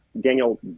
Daniel